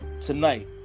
Tonight